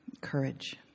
courage